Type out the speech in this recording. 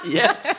yes